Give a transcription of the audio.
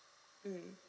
mm